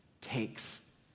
takes